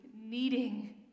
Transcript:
needing